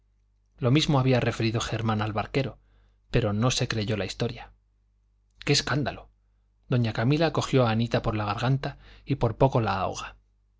lo mismo había referido germán al barquero pero no se creyó la historia qué escándalo doña camila cogió a anita por la garganta y por poco la ahoga